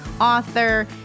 author